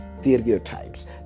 stereotypes